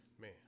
Man